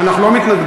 אנחנו לא מתנגדים.